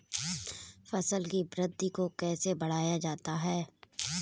फसल की वृद्धि को कैसे बढ़ाया जाता हैं?